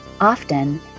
Often